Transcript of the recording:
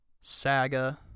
saga